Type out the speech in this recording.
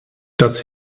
das